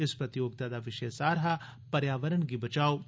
इस प्रतियोगिता दा विशे सार हा 'पर्यावरण गी बचाओ'